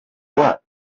work